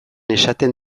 esaten